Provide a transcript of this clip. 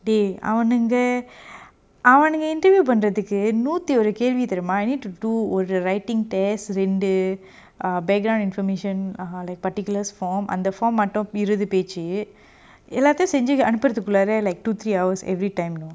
they அவனுங்க அவனுங்க:avanunga avanunga interview பன்ரதுக்கு நூத்தியொரு கேள்வி தெரியுமா:pannrathuku noothiyoru kekvi theriyuma any to do all the writing test ரெண்டு:rendu err background information err like particulars form அந்த:antha form மட்டு இருவது:matu iruvathu page uh எல்லாத்தயு செஞ்சி அனுப்புரதுக்குள்ளார:ellathayu senji anupurathukullara like two three hours every time you know